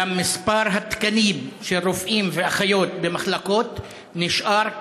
אולם מספר התקנים של רופאים ואחיות במחלקות נשאר כשהיה.